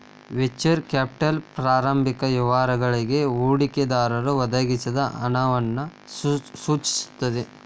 venture capital ಪ್ರಾರಂಭಿಕ ವ್ಯವಹಾರಗಳಿಗಿ ಹೂಡಿಕೆದಾರರು ಒದಗಿಸಿದ ಹಣವನ್ನ ಸೂಚಿಸ್ತದ